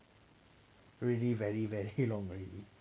really very very long already